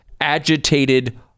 agitated